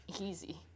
Easy